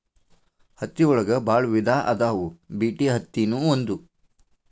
ಹತ್ತಿ ಒಳಗ ಬಾಳ ವಿಧಾ ಅದಾವ ಬಿಟಿ ಅತ್ತಿ ನು ಒಂದ